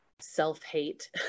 self-hate